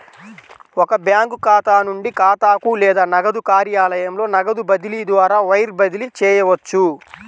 ఒక బ్యాంకు ఖాతా నుండి ఖాతాకు లేదా నగదు కార్యాలయంలో నగదు బదిలీ ద్వారా వైర్ బదిలీ చేయవచ్చు